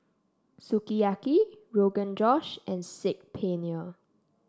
Sukiyaki Rogan Josh and Saag Paneer